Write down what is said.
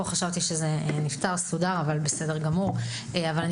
חשבתי שזה נפתר וסודר כיוון שאימא שלו פה.